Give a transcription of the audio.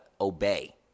obey